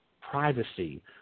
privacy